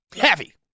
heavy